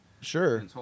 Sure